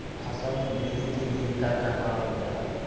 फसल मे वृद्धि के लिए का करल जाला?